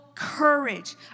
courage